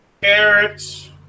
Carrots